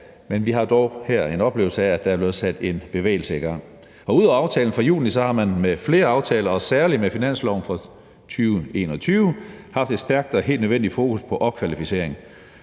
men vi har dog her en oplevelse af, at der er blevet sat en bevægelse i gang. Ud over aftalen fra juni har man med flere aftaler og særlig med finansloven for 2021 haft et stærkt og helt nødvendigt fokus på opkvalificering,